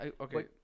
okay